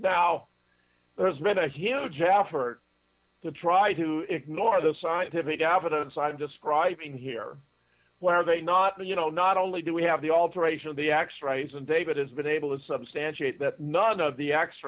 now there's been a huge effort to try to ignore the scientific evidence i'm describing here where are they not that you know not only do we have the alteration of the x rays and david has been able to substantiate that none of the x